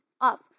up